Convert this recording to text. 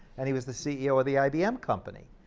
and he was the ceo of the ibm company,